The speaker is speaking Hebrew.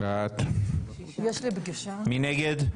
מי נגד?